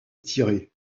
tirer